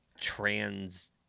trans